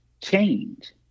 change